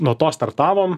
nuo to startavom